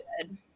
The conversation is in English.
good